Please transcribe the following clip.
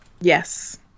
Yes